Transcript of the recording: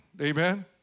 Amen